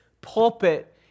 pulpit